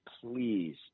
please